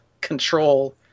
control